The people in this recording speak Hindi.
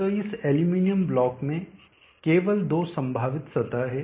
तो इस एल्यूमीनियम ब्लॉक में केवल दो संभावित सतह हैं